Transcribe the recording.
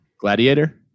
Gladiator